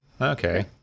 okay